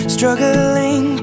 Struggling